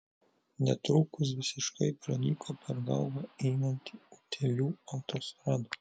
netrukus visiškai pranyko per galvą einanti utėlių autostrada